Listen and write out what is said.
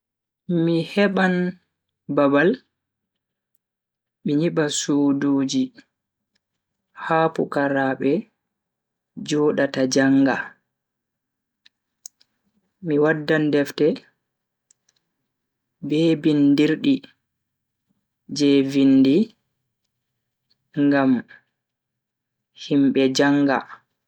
Mi heban babal mi nyiba suduji ha pukaraabe jodata janga. mi waddan defte be bindirdi je vindi ngam himbe janga.